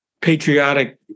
patriotic